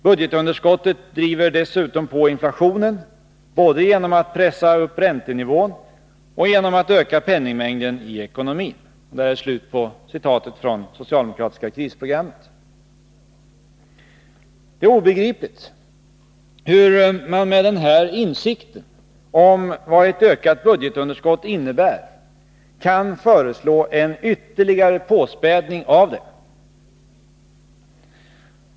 Budgetunderskottet driver dessutom på inflationen både genom att pressa upp räntenivån och genom att öka penningmängden i ekonomin.” Det är obegripligt hur man med den här insikten om vad ett ökat budgetunderskott innebär kan föreslå en ytterligare påspädning av det.